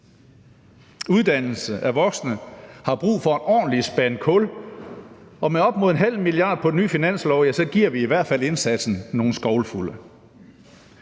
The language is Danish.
Uddannelse af voksne har brug for en ordentlig spand kul, og med op mod en halv milliard kroner på den nye finanslov giver vi i hvert fald indsatsen nogle skovlfulde.